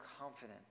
confident